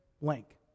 Link